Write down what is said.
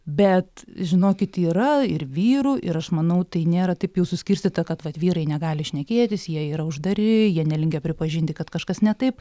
bet žinokit yra ir vyrų ir aš manau tai nėra taip jau suskirstyta kad vat vyrai negali šnekėtis jie yra uždari jie nelinkę pripažinti kad kažkas ne taip